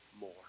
more